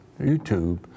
YouTube